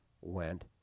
went